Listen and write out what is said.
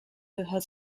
gehört